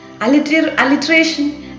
alliteration